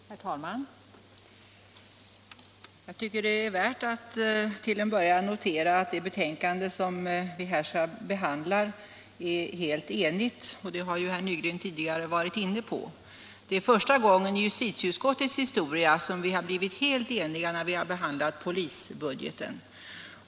Herr talman! Jag tycker att det är värt att till en början notera att det betänkande som vi här behandlar är helt enhälligt. Detta har herr Nygren tidigare varit inne på. Det är första gången i justitieutskottets historia som vi har blivit helt eniga när vi har behandlat polisbudgeten.